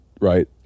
right